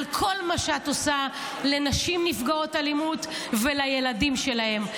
על כל מה שאת עושה לנשים נפגעות אלימות ולילדים שלהן.